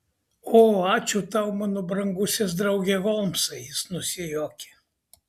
o ačiū tau mano brangusis drauge holmsai jis nusijuokė